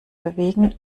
bewegen